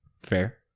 Fair